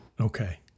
Okay